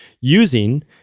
using